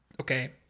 Okay